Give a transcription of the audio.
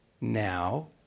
now